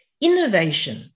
innovation